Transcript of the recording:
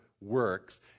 works